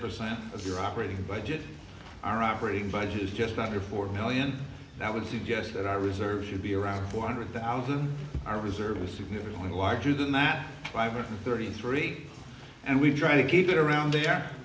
percent of your operating budget our operating budget is just under four million that would suggest that i reserve should be around four hundred thousand our reserve is significantly larger than that five hundred thirty three and we try to keep it around there